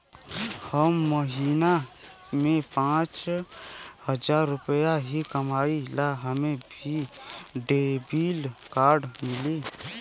हम महीना में पाँच हजार रुपया ही कमाई ला हमे भी डेबिट कार्ड मिली?